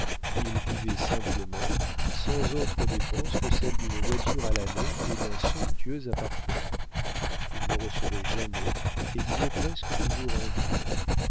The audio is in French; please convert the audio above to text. il vivait simplement sans autres dépenses que celles d'une voiture à l'année et d'un somptueux appartement il ne recevait jamais et dînait presque toujours en ville